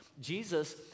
Jesus